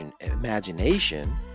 imagination